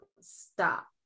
stop